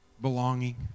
belonging